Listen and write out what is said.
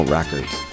Records